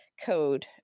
code